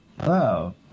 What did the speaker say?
Hello